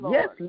Yes